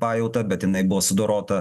pajautą bet jinai buvo sudorota